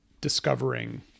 discovering